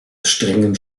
strengen